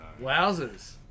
Wowzers